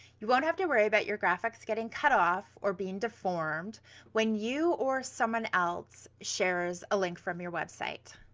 you won't have to worry about your graphics getting cut off or being deformed when you or someone else shares a link from your website.